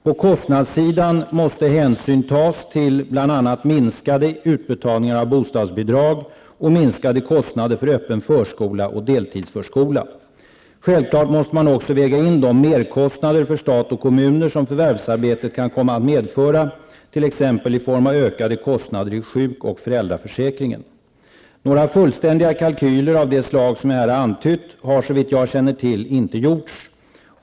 På kostnadssidan måste hänsyn tas bl.a. till minskade utbetalningar av bostadsbidrag och minskade kostnader för öppen förskola och deltidsförskola. Självklart måste man också väga in de merkostnader för stat och kommuner som förvärvsarbetet kan komma att medföra, t.ex. i form av ökade kostnader i sjuk och föräldraförsäkringen. Några fullständiga kalkyler av det slag jag här antytt har såvitt jag känner till inte gjorts.